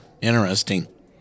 Interesting